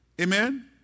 Amen